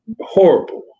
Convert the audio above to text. Horrible